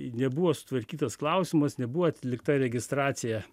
nebuvo sutvarkytas klausimas nebuvo atlikta registracija